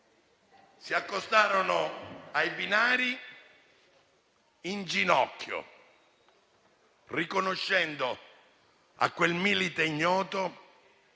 si accostarono ai binari in ginocchio, riconoscendo a quel Milite Ignoto